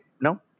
No